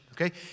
okay